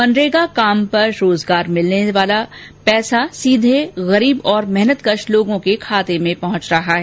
मनरेगा काम पर रोजगार से मिलने वाला पैसा सीधे गरीब और मेहनतकश लोगों के खाते में पहुंच रहा है